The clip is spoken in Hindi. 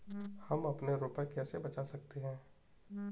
हम अपने रुपये कैसे बचा सकते हैं?